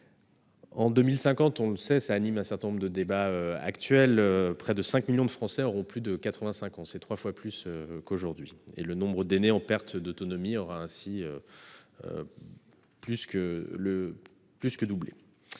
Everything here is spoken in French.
en 2050, on le sait, car cela suscite un certain nombre de débats, près de 5 millions de Français auront plus de 85 ans, soit trois fois plus qu'aujourd'hui. Le nombre d'aînés en perte d'autonomie aura pour ainsi dire doublé.